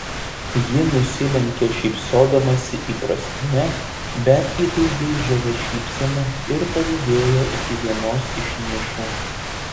ji nusilenkė šypsodamasi įprastine bet įtaigiai žavia šypsena ir palydėjo iki vienos iš nišų